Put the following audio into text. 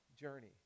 journey